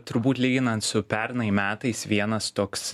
turbūt lyginant su pernai metais vienas toks